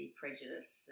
prejudice